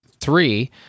Three